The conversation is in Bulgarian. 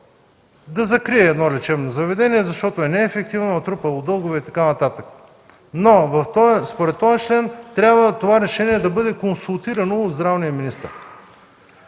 да закрие едно лечебно заведение, защото е неефективно, натрупало е дългове и така нататък. Но според този текст това решение трябва да бъде консултирано от здравния министър.